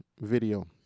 video